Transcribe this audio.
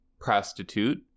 prostitute